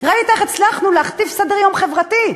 ראית איך הצלחנו להכתיב סדר-יום חברתי.